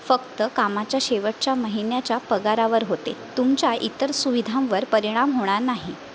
फक्त कामाच्या शेवटच्या महिन्याच्या पगारावर होते तुमच्या इतर सुविधांवर परिणाम होणार नाही